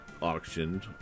auctioned